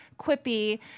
quippy